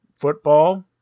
football